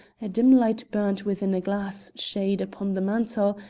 a dim light burned within a glass shade upon the mantel,